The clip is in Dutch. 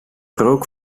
rook